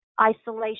isolation